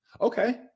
Okay